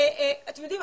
אתם יודעים?